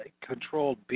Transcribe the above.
controlled